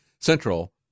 Central